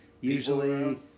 Usually